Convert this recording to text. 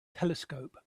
telescope